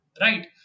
right